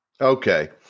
Okay